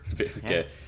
Okay